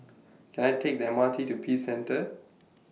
Can I Take The M R T to Peace Centre